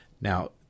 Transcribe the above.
Now